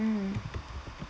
mm